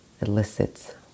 elicits